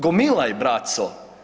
Gomilaj braco!